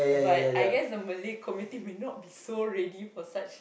but I guess the Malay community will not be ready for such